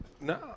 No